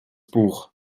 buch